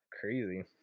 Crazy